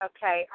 Okay